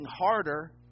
harder